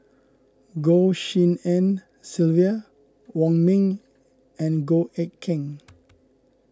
Goh Tshin En Sylvia Wong Ming and Goh Eck Kheng